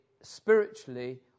spiritually